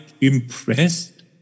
impressed